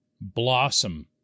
blossom